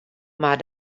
mar